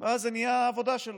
מדי יום, ואז זה נהיה העבודה שלו.